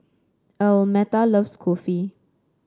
Almeta loves Kulfi